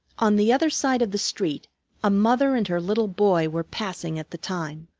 on the other side of the street a mother and her little boy were passing at the time.